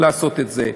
לעשות את זה.